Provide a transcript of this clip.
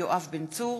יואב בן צור,